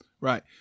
Right